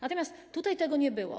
Natomiast tutaj tego nie było.